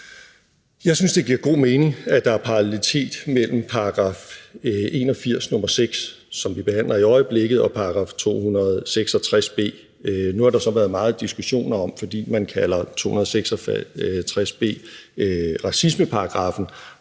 Jeg synes, det giver god mening, at der er parallelitet mellem § 81 nr. 6, som vi behandler i øjeblikket, og § 266 b. Nu har der så, fordi man kalder § 266 b racismeparagraffen,